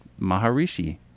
maharishi